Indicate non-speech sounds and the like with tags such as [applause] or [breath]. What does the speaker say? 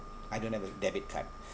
I don't have a debit card [breath]